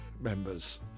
members